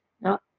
no